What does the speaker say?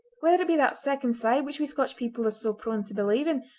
whether it be that second sight which we scotch people are so prone to believe in,